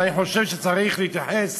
ואני חושב שצריך להתייחס